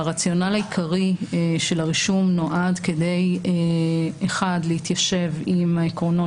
הרציונל העיקרי של הרישום נועד כדי להתיישב עם העקרונות